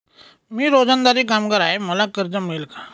मी रोजंदारी कामगार आहे मला कर्ज मिळेल का?